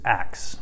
acts